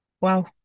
wow